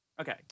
Okay